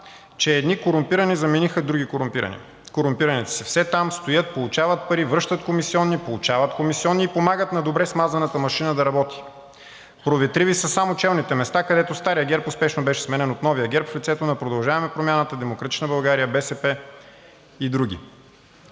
че едни корумпирани, замениха други корумпирани. Корумпираните са все там, стоят, получават пари, връщат комисиони, получават комисиони и помагат на добре смазаната машина да работи. Проветриви са само челните места, където старият ГЕРБ беше успешно сменен от новия ГЕРБ в лицето на „Продължаваме Промяната“, „Демократична България“, БСП и други.